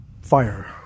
Fire